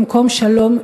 במקום שלום,